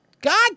God